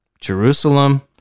Jerusalem